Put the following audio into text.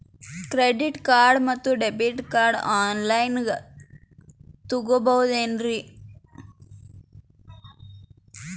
Credit card ಮತ್ತು debit card ಆನ್ ಲೈನಾಗ್ ತಗೋಬಹುದೇನ್ರಿ?